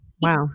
wow